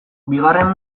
bigarren